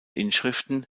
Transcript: inschriften